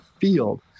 field